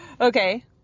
Okay